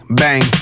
bang